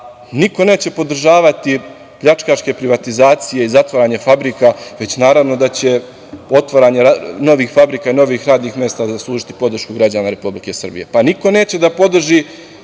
niko neće podržavati pljačkaške privatizacije i zatvaranje fabrika, već naravno da će otvaranje novih fabrika i novih radnih mesta zaslužiti podršku građana Republike Srbije. Niko neće da podrži